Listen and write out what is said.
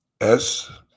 S-